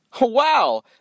Wow